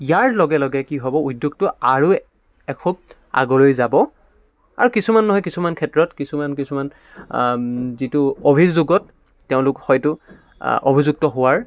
ইয়াৰ লগে লগে কি হ'ব উদ্যোগটো আৰু এখোপ আগলৈ যাব আৰু কিছুমান নহয় কিছুমান ক্ষেত্ৰত কিছুমান কিছুমান যিটো অভিযোগত তেওঁলোক হয়তো অভিযুক্ত হোৱাৰ